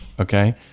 Okay